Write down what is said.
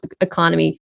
economy